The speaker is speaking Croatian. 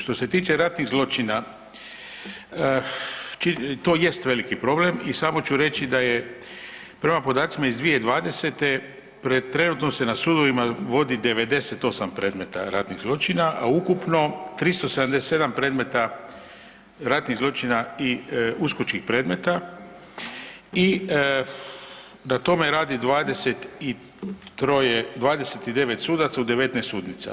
Što se tiče ratnih zločina to jest veliki problem i samo ću reći da je prema podacima iz 2020. trenutno se na sudovima vodi 98 predmeta ratnih zločina, a ukupno 377 predmeta ratnih zločina i uskočkih predmeta i na tome radi 23, 29 sudaca u 19 sudnica.